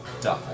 die